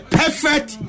perfect